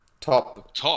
top